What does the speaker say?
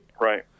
Right